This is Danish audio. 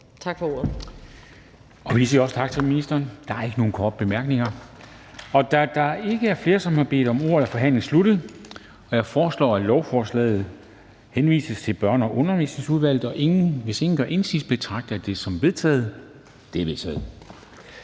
Dam Kristensen): Vi siger også tak til ministeren. Der er ikke nogen korte bemærkninger. Da der ikke er flere, som har bedt om ordet, er forhandlingen sluttet. Jeg foreslår, at lovforslaget henvises til Børne- og Undervisningsudvalget, og hvis ingen gør indsigelse, betragter jeg det som vedtaget. Det er vedtaget.